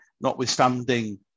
notwithstanding